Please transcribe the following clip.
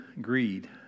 greed